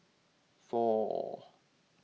four